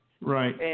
Right